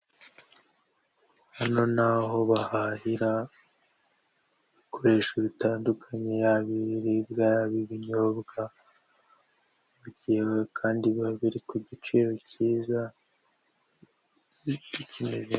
Hano ni aho bahahira ibikoresho bitandukanye y'aba ibiribwa, y'aba ibinyobwa mu gihe kandi biba biri ku giciro cyiza.